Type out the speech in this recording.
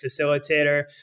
facilitator